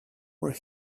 where